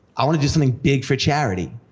i want to do something big for charity.